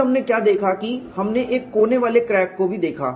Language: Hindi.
फिर हमने क्या देखा कि हमने एक कोने वाले क्रैक को भी देखा